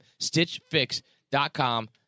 stitchfix.com